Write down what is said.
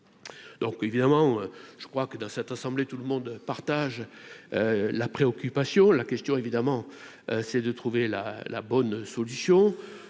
Donc évidemment, je crois que dans cette assemblée, tout le monde partage la préoccupation la question évidemment, c'est de trouver la la bonne solution,